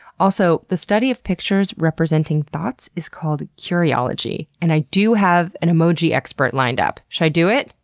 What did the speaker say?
also, the study of pictures representing thoughts is called curiology, and i do have an emoji expert lined up. should i do it?